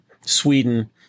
Sweden